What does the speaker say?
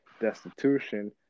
destitution